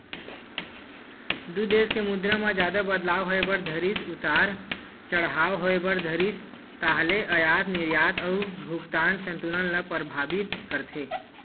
दू देस के मुद्रा म जादा बदलाव होय बर धरिस उतार चड़हाव होय बर धरिस ताहले अयात निरयात अउ भुगतान संतुलन ल परभाबित करथे